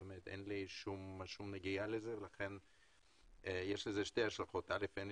אין לי שום נגיעה לזה ויש לזה שתי השלכות: דבר ראשון,